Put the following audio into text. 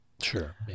sure